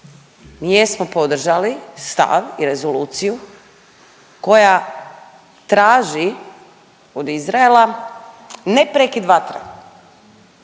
mi jesmo podržali stav i rezoluciju koja traži od Izraela ne prekid vatre